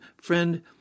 Friend